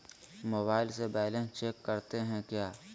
Mobile से balance check करते हैं क्या?